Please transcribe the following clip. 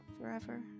forever